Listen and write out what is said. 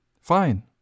Fine